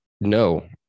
No